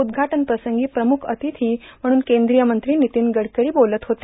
उद्घाटनप्रसंगी प्रमुख र्आतथी म्हणून कद्रीय मंत्री र्नितीन गडकरां बोलत होते